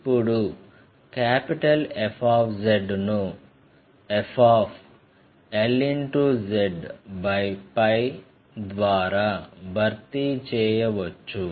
ఇప్పుడు F ను flz ద్వారా భర్తీ చేయవచ్చు